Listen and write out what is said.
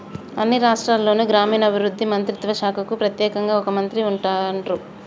అన్ని రాష్ట్రాల్లోనూ గ్రామీణాభివృద్ధి మంత్రిత్వ శాఖకు ప్రెత్యేకంగా ఒక మంత్రి ఉంటాన్రు